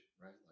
right